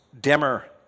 dimmer